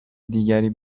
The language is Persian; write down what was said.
دیگری